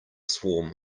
swarm